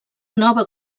nova